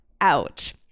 out